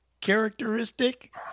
characteristic